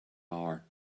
hour